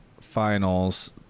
finals